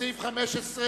הסתייגות 4,